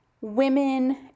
women